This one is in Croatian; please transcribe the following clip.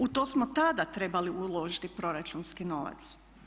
U to smo tada trebali uložiti proračunski novac.